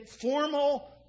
formal